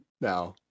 now